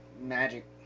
magic